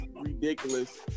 ridiculous